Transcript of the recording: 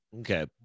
Okay